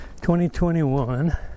2021